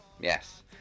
yes